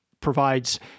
provides